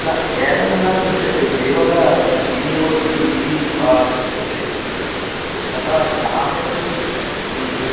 न एवं दृश्यते केवल पि ओ सि इति दृश्यते तथा स्थाने